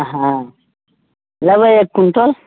हाँ लेबै एक क्विण्टल